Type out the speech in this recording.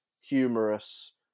humorous